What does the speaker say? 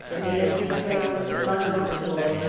the empty plate was flung overboard,